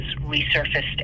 resurfaced